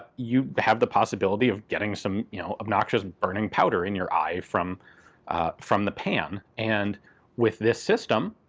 you have the possibility of getting some, you know, obnoxious burning powder in your eye from from the pan. and with this system,